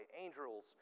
angels